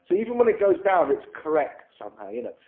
so even when it goes down, it's correct, somehow, you know.